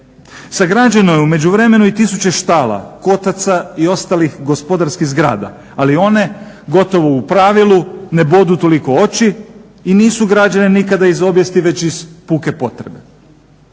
Sagrađeno je u međuvremenu i tisuće štala, kotaca i ostalih gospodarskih zgrada ali one gotovo u pravilu ne bodu toliko oči i nisu građane nikada iz obijesti već iz puke potrebe.